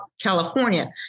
California